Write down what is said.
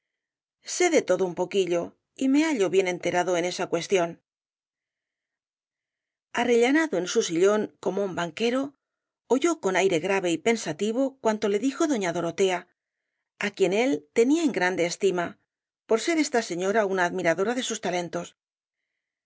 sé de todo un poquillo y me hallo bien enterado en esa cuestión arrellanado en su sillón como un banquero oyó con aire grave y pensativo cuanto le dijo doña dorotea á quien él tenía en grande estima por ser esta señora una admiradora de sus talentos